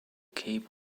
cape